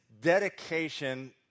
dedication